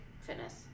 fitness